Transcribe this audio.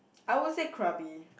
I would say Krabi